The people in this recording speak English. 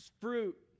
fruit